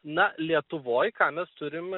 na lietuvoj ką mes turim